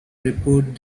report